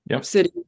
city